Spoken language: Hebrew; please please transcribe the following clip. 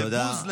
לבוז,